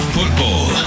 Football